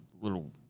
little